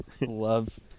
love